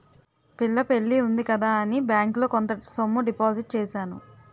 పిల్ల పెళ్లి ఉంది కదా అని బ్యాంకులో కొంత సొమ్ము డిపాజిట్ చేశాను